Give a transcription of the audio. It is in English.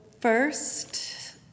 first